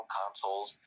consoles